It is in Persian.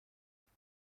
نمکه